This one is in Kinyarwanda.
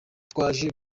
twaje